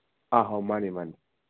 ꯑꯥ ꯑꯧ ꯃꯥꯅꯤ ꯃꯥꯅꯤ